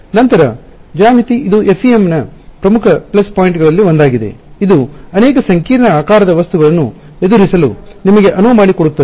ನಂತರ ಜ್ಯಾಮಿತಿ ಇದು FEM ನ ಪ್ರಮುಖ ಪ್ಲಸ್ ಪಾಯಿಂಟ್ಗಳಲ್ಲಿ ಒಂದಾಗಿದೆ ಇದು ಅನೇಕ ಸಂಕೀರ್ಣ ಆಕಾರದ ವಸ್ತುಗಳನ್ನು ಎದುರಿಸಲು ನಿಮಗೆ ಅನುವು ಮಾಡಿಕೊಡುತ್ತದೆ